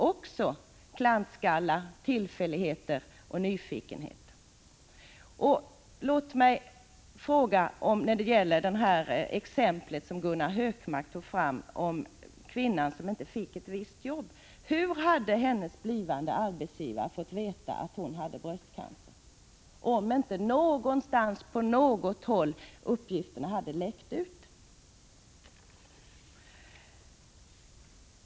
Också ”klantskallar”, tillfälligheter och nyfikenhet kan innebära risk för missbruk. Gunnar Hökmark tog som exempel upp fallet med kvinnan som inte fick ett visst arbete. Låt mig få fråga: Hur hade denne arbetsgivare fått reda på att hon hade bröstcancer, om inte denna uppgift någonstans, på något håll, hade läckt ut?